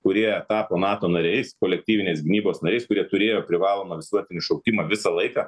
kurie tapo nato nariais kolektyvinės gynybos nariais kurie turėjo privalomą visuotinį šaukimą visą laiką